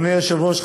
אדוני היושב-ראש,